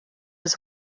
his